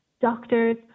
doctors